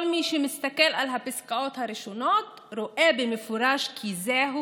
כל מי שמסתכל על הפסקאות הראשונות רואה במפורש כי זהו